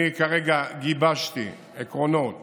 כרגע גיבשתי עקרונות